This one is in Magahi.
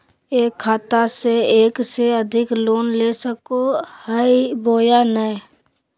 एक खाता से एक से अधिक लोन ले सको हियय बोया नय?